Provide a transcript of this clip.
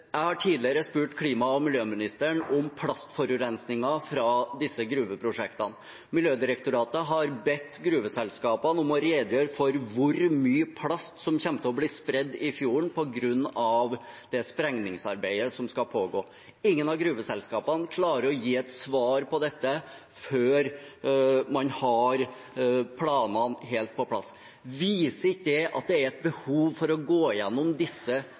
Jeg har tidligere spurt klima- og miljøministeren om plastforurensingen fra disse gruveprosjektene. Miljødirektoratet har bedt gruveselskapene om å redegjøre for hvor mye plast som kommer til å bli spredt i fjorden på grunn av det sprengningsarbeidet som skal pågå. Ingen av gruveselskapene klarer å gi et svar på dette før man har planene helt på plass. Da er mitt spørsmål: Viser ikke det at det er et behov for å gå igjennom disse